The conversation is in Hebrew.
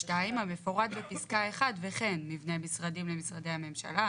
2 "המפורט בפסקה 1 וכן מבני משרדים למשרדי הממשלה,